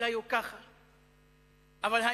אולי הוא ככה,